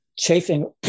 chafing